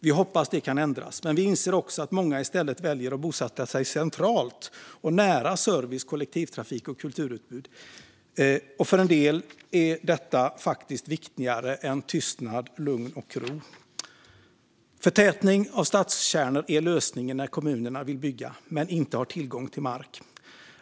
Vi hoppas att det kan ändras. Men vi inser också att många i stället väljer att bosätta sig centralt och nära service, kollektivtrafik och kulturutbud. För en del är detta faktiskt viktigare än tystnad, lugn och ro. Förtätning av stadskärnor är lösningen när kommuner vill bygga men inte har tillgång till mark.